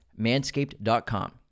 Manscaped.com